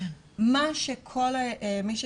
מה מי שדיבר,